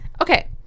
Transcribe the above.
Okay